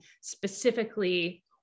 specifically